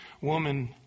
woman